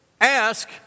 Ask